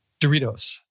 Doritos